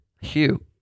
Hugh